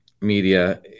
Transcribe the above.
media